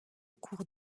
cours